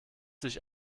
sich